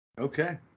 Okay